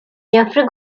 jeffrey